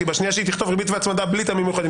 כי בשנייה שהיא תכתוב ריבית והצמדה בלי טעמים מיוחדים,